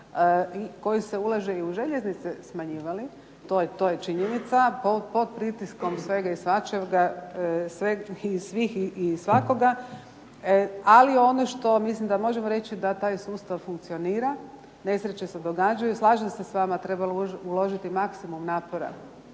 koji se ulaže u željeznice smanjivali, to je činjenica, pod pritiskom svega i svačega, svega i svih i svakoga. Ali ono što mislim da možemo reći da taj sustav funkcionira. Nesreće se događaju. Slažem se s vama treba uložiti maksimum napora